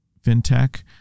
fintech